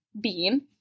bean